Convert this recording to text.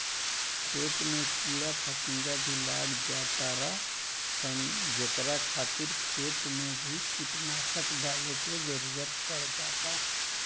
खेत में कीड़ा फतिंगा भी लाग जातार सन जेकरा खातिर खेत मे भी कीटनाशक डाले के जरुरत पड़ जाता